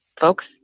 folks